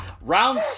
Round